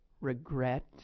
regret